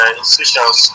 institutions